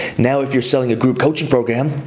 now, if you're selling a group coaching program,